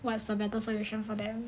what's the better solution for them